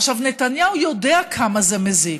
עכשיו, נתניהו יודע כמה זה מזיק.